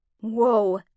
Whoa